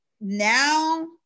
now